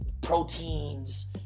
proteins